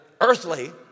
earthly